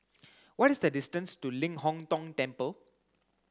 what is the distance to Ling Hong Tong Temple